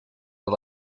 are